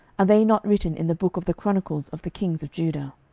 are they not written in the book of the chronicles of the kings of judah?